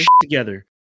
together